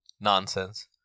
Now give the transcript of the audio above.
Nonsense